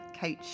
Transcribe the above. coach